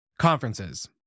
Conferences